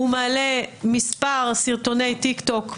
הוא מעלה מספר סרטוני הסתה כאלה,